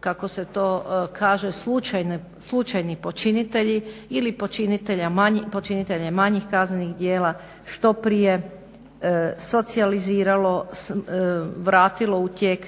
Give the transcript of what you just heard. kako se to kaže slučajni počinitelji ili počinitelje manjih kaznenih djela što prije socijaliziralo, vratilo u tijek